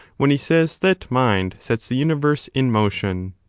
when he says that mind sets the universe in motion.